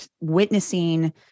witnessing